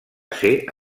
ser